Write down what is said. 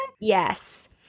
Yes